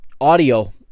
audio